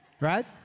right